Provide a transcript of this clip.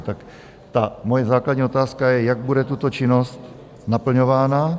Tak ta moje základní otázka je, jak bude tato činnost naplňována?